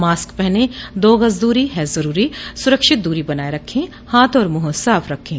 mask पहनें दो गज़ दूरी है ज़रूरी सुरक्षित दूरी बनाए रखें हाथ और मुंह साफ़ रखें